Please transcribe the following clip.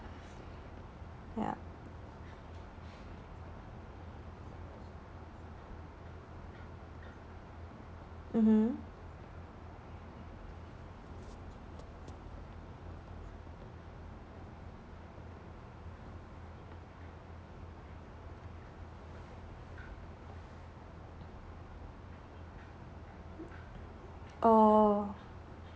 ya mmhmm oh